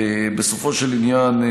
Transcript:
בסופו של עניין,